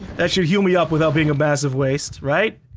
that should heal me up without being a massive waste, right.